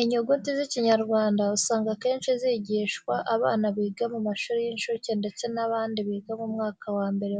Inyuguti z'Ikinyarwanda usanga akenshi zigishwa abana biga mu mashuri y'incuke ndetse n'abandi biga mu mwaka wa mbere